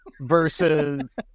Versus